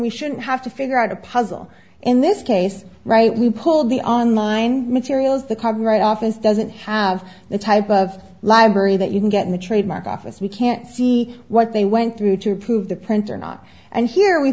we shouldn't have to figure out a puzzle in this case right we pulled the online materials the cover right office doesn't have the type of library that you can get in the trademark office we can't see what they went through to prove the printer not and here we